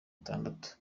itandatu